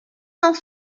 cent